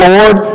Lord